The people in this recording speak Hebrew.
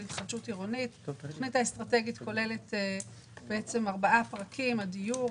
התוכנית האסטרטגית כוללת ארבעה פרקים: דיור,